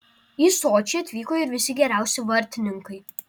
į sočį atvyko ir visi geriausi vartininkai